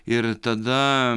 ir tada